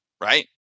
right